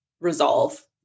resolve